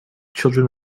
children